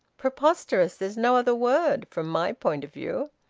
preposterous there's no other word from my point of view.